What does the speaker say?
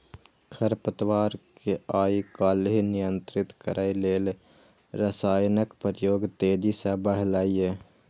खरपतवार कें आइकाल्हि नियंत्रित करै लेल रसायनक प्रयोग तेजी सं बढ़लैए